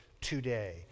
today